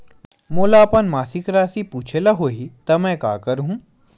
मोला अपन मासिक राशि पूछे ल होही त मैं का करहु?